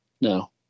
no